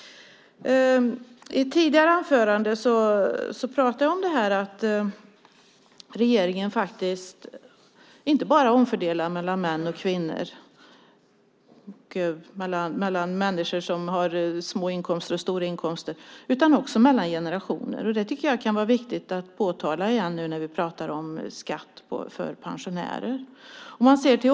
I ett tidigare anförande pratade jag om att regeringen faktiskt inte bara omfördelar mellan män och kvinnor och mellan människor som har små inkomster och människor som har stora inkomster utan också mellan generationer. Det tycker jag kan vara viktigt att påtala igen nu när vi pratar om skatt för pensionärer.